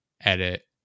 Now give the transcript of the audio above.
edit